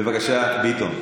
בבקשה, ביטון.